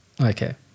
Okay